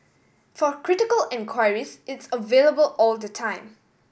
for critical inquiries it's available all the time